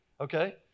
Okay